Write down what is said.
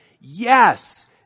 Yes